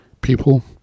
people